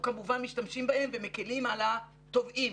כמובן משתמשים בהם ומקילים על התובעים,